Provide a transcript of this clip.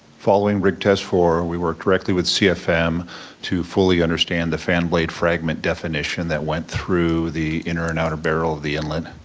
following rig test four, we worked directly with cfm to fully understand the fan blade fragment definition that went through the inner and outer barrel of the inlet.